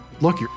look